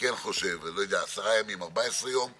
אומה שמצמיחה דורות של אנשים בעלי יכולות בלתי רגילות.